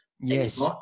Yes